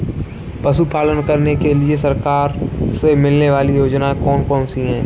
पशु पालन करने के लिए सरकार से मिलने वाली योजनाएँ कौन कौन सी हैं?